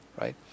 right